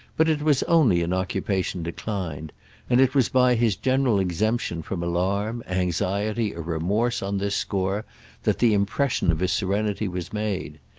but it was only an occupation declined and it was by his general exemption from alarm, anxiety or remorse on this score that the impression of his serenity was made.